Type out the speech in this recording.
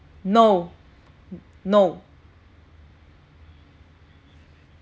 no no